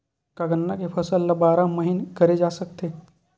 का गन्ना के फसल ल बारह महीन करे जा सकथे?